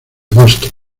boston